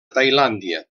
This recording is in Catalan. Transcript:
tailàndia